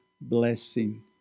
blessing